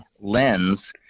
lens